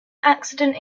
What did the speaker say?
accident